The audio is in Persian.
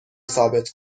ثابت